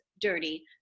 dirty